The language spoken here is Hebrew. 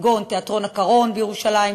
כגון תיאטרון "הקרון" בירושלים,